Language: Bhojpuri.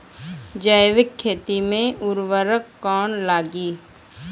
जैविक खेती मे उर्वरक कौन लागी?